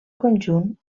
conjunt